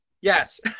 Yes